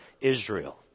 Israel